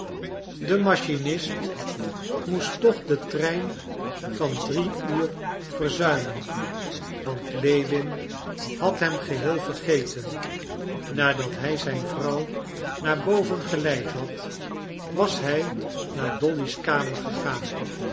de machinist moest toch den trein van drie uur verzuimen want lewin had hem geheel vergeten nadat hij zijn vrouw naar boven geleid had was hij naar dolly's kamer gegaan